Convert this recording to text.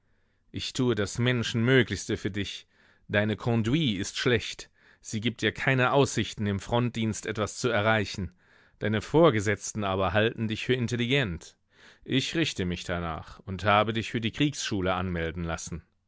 ich tue das menschenmöglichste für dich deine konduit ist schlecht sie gibt dir keine aussichten im frontdienst etwas zu erreichen deine vorgesetzten aber halten dich für intelligent ich richte mich danach und habe dich für die kriegsschule anmelden lassen